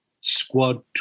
squad